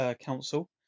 Council